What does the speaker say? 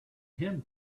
him